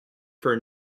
for